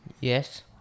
Yes